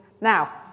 Now